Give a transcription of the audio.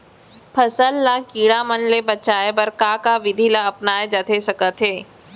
फसल ल कीड़ा मन ले बचाये बर का का विधि ल अपनाये जाथे सकथे?